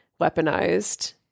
weaponized